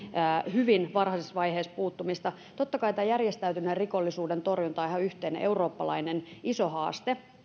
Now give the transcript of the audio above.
hyvin varhaisessa vaiheessa puuttumista totta kai järjestäytyneen rikollisuuden torjunta on ihan yhteinen eurooppalainen iso haaste